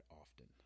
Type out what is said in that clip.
often